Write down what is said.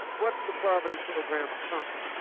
what's the poverty program accomplishing?